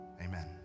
Amen